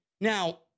Now